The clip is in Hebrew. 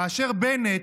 כאשר בנט,